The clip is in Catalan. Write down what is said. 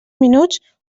minuts